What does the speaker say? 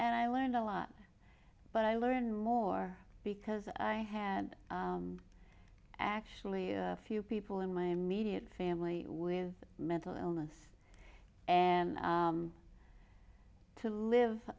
and i learned a lot but i learned more because i had actually few people in my immediate family with mental illness and to live